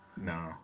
no